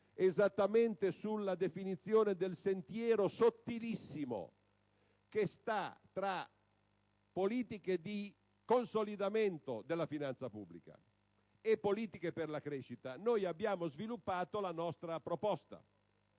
esattamente sulla definizione del sentiero sottilissimo che sta tra politiche di consolidamento della finanza pubblica e politiche per la crescita abbiamo sviluppato la nostra proposta.